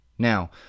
Now